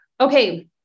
Okay